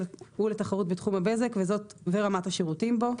ביחס לתחרות בתחום הבזק ואת רמת השירותים בו,